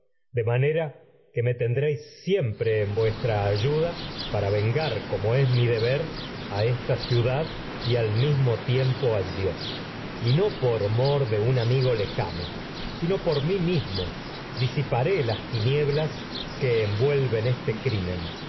de manera que me tendréis es siempre en vuestra y ayuda para ven al mismo tiempo gar como mi deber a esta ciudad tragedias de sóeocltís al dios y no por mor de un amigo qtie lejano sino envuelven a por mi cri mismo men disiparé sea las tinieblas fuere el este